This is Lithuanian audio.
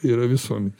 yra visuomenė